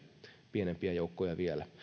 pienempiä joukkoja vielä